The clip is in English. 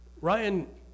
Ryan